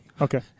okay